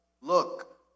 Look